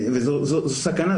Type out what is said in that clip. זאת סכנה,